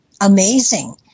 amazing